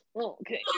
okay